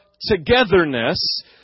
togetherness